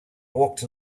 walked